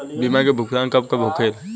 बीमा के भुगतान कब कब होले?